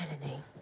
Melanie